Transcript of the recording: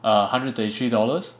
err hundred and twenty three dollars